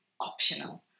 optional